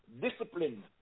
discipline